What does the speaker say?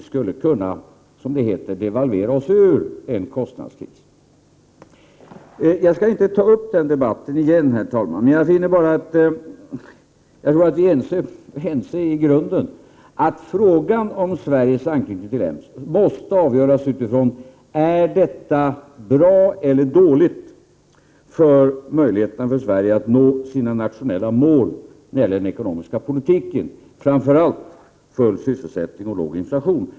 Då skulle vi inte, som det heter, kunna devalvera oss ur en kostnadskris. Herr talman! Jag skall inte ta upp den debatten på nytt. I grunden är vi nog ense om att frågan om Sveriges anknytning till EMS måste avgöras med hänsyn till om det är bra eller dåligt för Sveriges möjligheter att nå sina nationella mål när det gäller den ekonomiska politiken, framför allt full sysselsättning och låg inflation.